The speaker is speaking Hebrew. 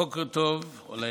בוקר טוב, אולי